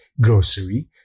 grocery